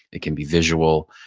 it can be visual.